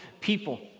people